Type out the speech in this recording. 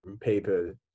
paper